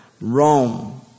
Rome